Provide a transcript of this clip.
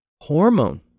hormone